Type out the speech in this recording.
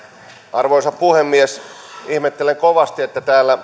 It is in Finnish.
arvoisa puhemies ihmettelen kovasti että täällä